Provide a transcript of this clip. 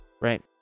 right